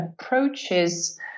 approaches